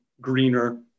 greener